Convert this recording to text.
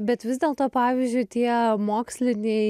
bet vis dėlto pavyzdžiui tie moksliniai